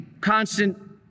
constant